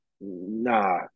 nah